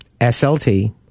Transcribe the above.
SLT